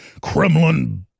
Kremlin